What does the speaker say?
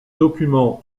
documents